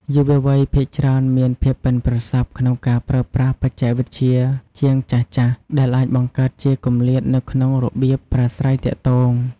យុវវ័យភាគច្រើនមានភាពប៉ិនប្រសប់ក្នុងការប្រើប្រាស់បច្ចេកវិទ្យាជាងចាស់ៗ ដែលអាចបង្កើតជាគម្លាតនៅក្នុងរបៀបប្រាស្រ័យទាក់ទង។